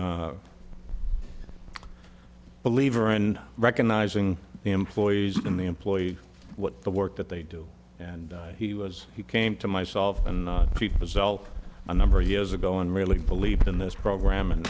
believer in recognizing the employees in the employee what the work that they do and he was he came to myself and people a number of years ago and really believed in this program and